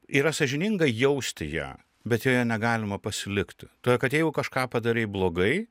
yra sąžininga jausti ją bet joje negalima pasilikti todėl kad jeigu kažką padarai blogai